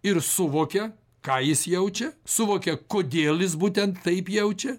ir suvokia ką jis jaučia suvokia kodėl jis būtent taip jaučia